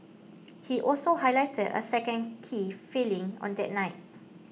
he also highlighted a second key failing on the night